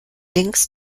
links